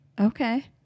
okay